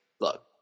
look